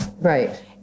Right